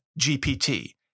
GPT